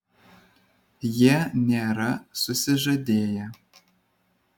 jie nėra susižadėję